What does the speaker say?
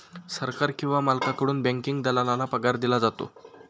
सरकार किंवा मालकाकडून बँकिंग दलालाला पगार दिला जातो